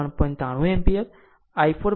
93 એમ્પીયરi4 2